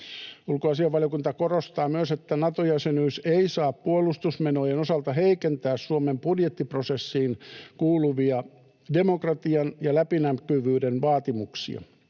Ulkoasiainvaliokunta korostaa myös, että Nato-jäsenyys ei saa puolustusmenojen osalta heikentää Suomen budjettiprosessiin kuuluvia demokratian ja läpinäkyvyyden vaatimuksia.